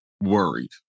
worried